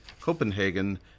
Copenhagen